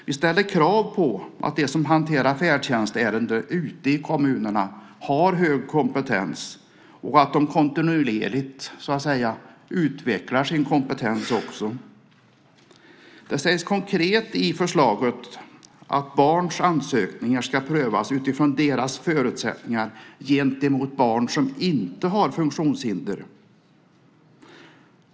Vi ställer krav på att de som hanterar färdtjänstärenden ute i kommunerna har hög kompetens och att de kontinuerligt utvecklar sin kompetens. Det sägs konkret i förslaget att barns ansökningar ska prövas utifrån deras förutsättningar gentemot barn som inte har funktionshinder.